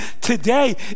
today